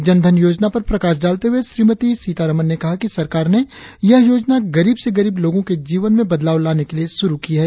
जन धन योजना पर प्रकाश डालते हुए श्रीमती सीतारामन ने कहा कि सरकार ने यह योजना गरीब से गरीब लोगों के जीवन में बदलाव लाने के लिए शुरु की है